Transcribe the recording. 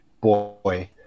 boy